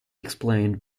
explained